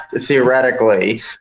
theoretically